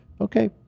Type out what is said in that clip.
okay